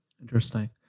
Interesting